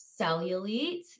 cellulite